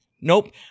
Nope